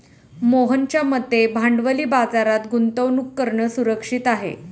मोहनच्या मते भांडवली बाजारात गुंतवणूक करणं सुरक्षित आहे